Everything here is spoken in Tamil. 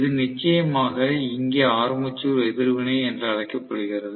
இது நிச்சயமாக இங்கே ஆர்மேச்சர் எதிர்வினை என்று அழைக்கப்படுகிறது